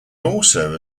also